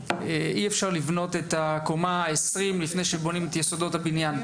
אי אפשר לבנות את הקומה ה-20 לפני שבונים את יסודות הבניין.